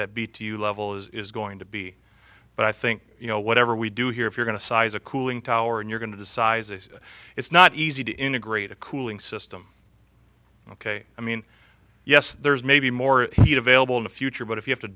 that be to you level is going to be but i think you know whatever we do here if you're going to size a cooling tower and you're going to decide it's not easy to integrate a cooling system ok i mean yes there's maybe more heat available in the future but if you have to